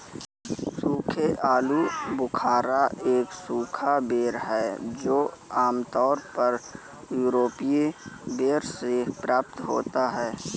सूखे आलूबुखारा एक सूखा बेर है जो आमतौर पर यूरोपीय बेर से प्राप्त होता है